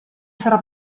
sarà